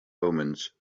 omens